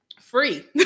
free